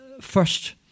first